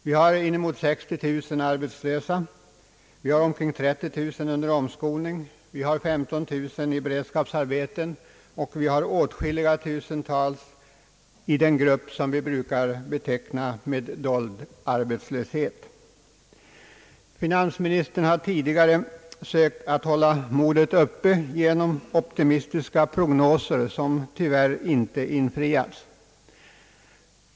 Vi har inemot 60 000 arbetslösa, vi har omkring 30 000 under omskolning, vi har 15 000 i beredskapsarbeten och vi har åtskilliga tusental i den grupp som vi brukar ge beteckningen dold arbetslöshet. Finansministern har tidigare sökt att hålla modet uppe genom optimistiska prognoser som tyvärr inte infriats.